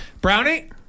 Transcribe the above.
Brownie